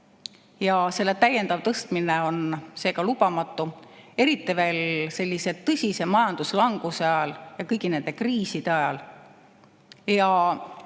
Selle täiendav tõstmine on seega lubamatu, eriti veel tõsise majanduslanguse ajal ja kõigi nende kriiside ajal. Me